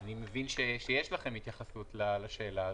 ואני מבין שיש לכם התייחסות לשאלה הזאת.